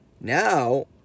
now